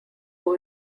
who